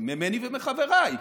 ממני ומחבריי,